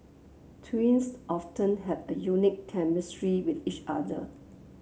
twins often have a unique chemistry with each other